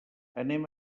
anem